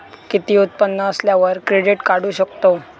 किती उत्पन्न असल्यावर क्रेडीट काढू शकतव?